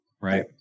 Right